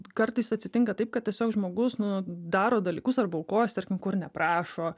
kartais atsitinka taip kad tiesiog žmogus nu daro dalykus arba aukojasi tarkim kur neprašo